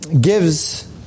gives